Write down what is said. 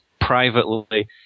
privately